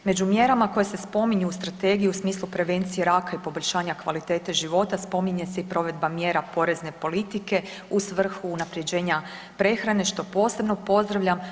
Među mjerama koje se spominju u strategiji u smislu prevencije raka i poboljšanja kvalitete života spominje se i provedba mjera porezne politike u svrhu unapređenja prehrane što posebno pozdravljam.